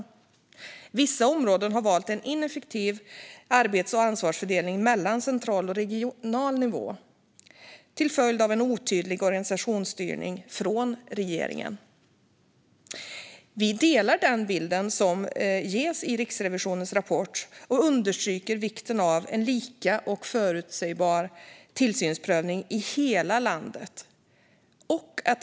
På vissa områden har man valt en ineffektiv arbets och ansvarsfördelning mellan central och regional nivå till följd av en otydlig organisationsstyrning från regeringen. Vi delar den bild som ges i Riksrevisionens rapport och understryker vikten av en lika och förutsägbar tillsynsprövning i hela landet.